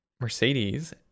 Mercedes